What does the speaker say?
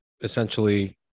essentially